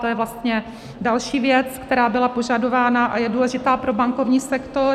To je vlastně další věc, která byla požadována a je důležitá pro bankovní sektor.